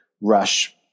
rush